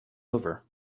over